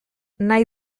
nahi